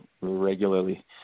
regularly